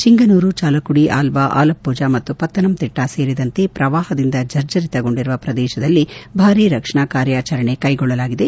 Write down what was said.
ಚಿಂಗನೂರು ಚಾಲಕುಡಿ ಆಲ್ಲಾ ಆಲಪ್ಪಜ ಮತ್ತು ಪತ್ತನಮ್ ತಿಟ್ಟ ಸೇರಿದಂತೆ ಪ್ರವಾಹದಿಂದ ಜರ್ಜರಿತಗೊಂಡಿರುವ ಪ್ರದೇಶದಲ್ಲಿ ಭಾರಿ ರಕ್ಷಣಾ ಕಾರ್ಯಾಚರಣೆ ಕೈಗೊಳ್ಳಲಾಗಿದೆ